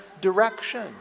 direction